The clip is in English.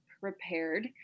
prepared